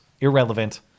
Irrelevant